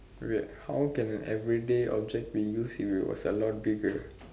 wait how can a everyday object be used if it was a lot bigger